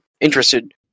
interested